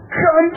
come